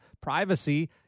privacy